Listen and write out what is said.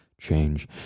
change